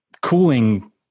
cooling